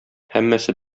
һәммәсе